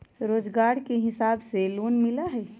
रोजगार के हिसाब से लोन मिलहई?